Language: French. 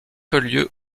lieu